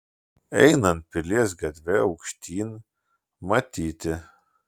einant pilies gatve aukštyn matyti